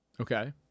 Okay